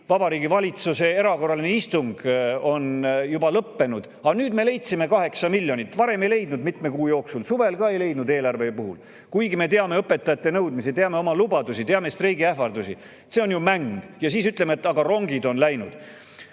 Vabariigi Valitsuse erakorraline istung on juba lõppenud. Nüüd me leidsime 8 miljonit, varem ei leidnud, mitme kuu jooksul, suvel ka ei leidnud eelarve [koostamise] puhul, kuigi me teame õpetajate nõudmisi, teame oma lubadusi, teame streigiähvardusi." See on mäng. Ja siis me ütleme, et rongid on läinud.